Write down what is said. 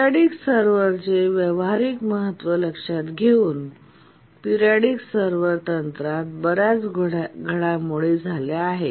periodic सर्व्हरचे व्यावहारिक महत्त्व लक्षात घेऊनपिरियॉडिक सर्व्हरतंत्रात बर्याच घडामोडी झाल्या आहेत